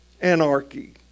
anarchy